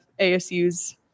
ASU's